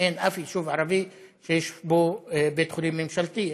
אין יישוב ערבי שיש בו בית חולים ממשלתי.